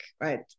right